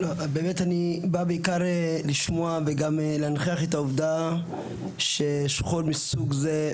באמת אני בא בעיקר לשמוע וגם להנכיח את העובדה ששכול מסוג זה,